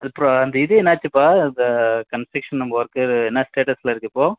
அதுப்பா இந்த இது என்னாச்சுப்பா அந்த கன்ஸ்ட்ரக்ஷன் நம்ம ஒர்க்கு இது என்ன ஸ்டேட்டஸில் இருக்கு இப்போ